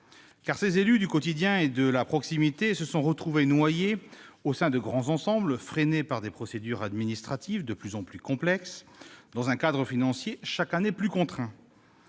ces élus du quotidien et de la proximité se sont retrouvés noyés au sein de grands ensembles, freinés par des procédures administratives de plus en plus complexes, dans un cadre financier chaque année plus contraint.